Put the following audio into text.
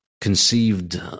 conceived